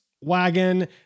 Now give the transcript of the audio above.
Wagon